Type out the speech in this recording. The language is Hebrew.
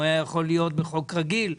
אלא בחוק רגיל,